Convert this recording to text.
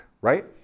right